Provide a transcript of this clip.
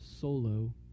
solo